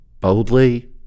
boldly